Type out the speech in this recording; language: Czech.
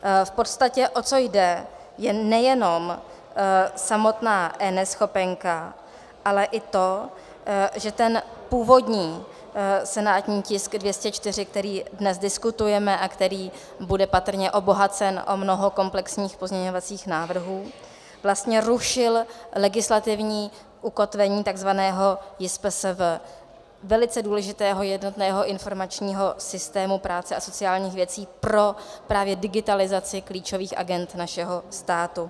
V podstatě, o co jde, je nejenom samotná eNeschopenka, ale i to, že ten původní senátní tisk 204, který dnes diskutujeme a který bude patrně obohacen o mnoho komplexních pozměňovacích návrhů, vlastně rušil legislativní ukotvení takzvaného JISPSV, velice důležitého jednotného informačního systému Ministerstva práce a sociálních věcí právě pro digitalizaci klíčových agend našeho státu.